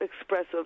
expressive